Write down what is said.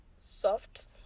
soft